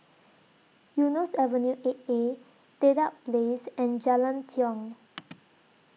Eunos Avenue eight A Dedap Place and Jalan Tiong